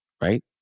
right